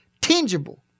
tangible